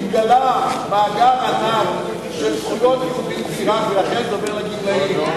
התגלה מאגר ענק של זכויות יהודים בעירק ולכן זה עובר לגמלאים,